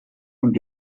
und